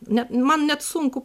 ne man net sunku